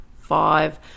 five